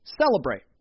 celebrate